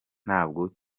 ntabwo